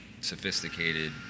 sophisticated